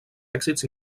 èxits